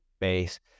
base